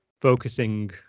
focusing